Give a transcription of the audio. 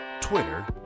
Twitter